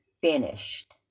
finished